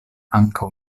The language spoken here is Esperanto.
ankaŭ